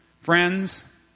Friends